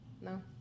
no